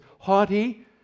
haughty